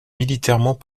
militairement